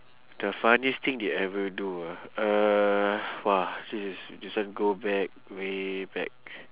the funniest thing they ever do ah uh !wah! this is this one go back way back